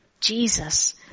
Jesus